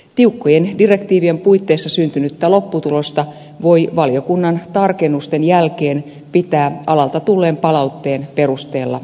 tiukkojen direktiivien puitteissa syntynyttä lopputulosta voi valiokunnan tarkennusten jälkeen pitää alalta tulleen palautteen perusteella siedettävänä